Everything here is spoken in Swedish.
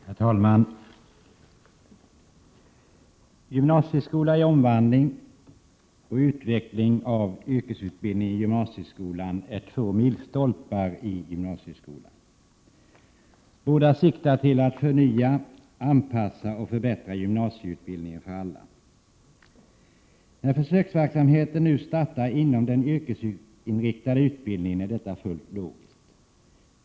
Herr talman! Gymnasieskolan i omvandling och utveckling av yrkesutbildningen i gymnasieskolan är två milstolpar i gymnasieskolan. Båda siktar till att förnya, anpassa och förbättra gymnasieutbildningen för alla. När försöksverksamheten nu startar inom den yrkesinriktade utbildningen är detta fullt logiskt.